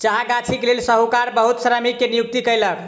चाह गाछीक लेल साहूकार बहुत श्रमिक के नियुक्ति कयलक